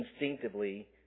instinctively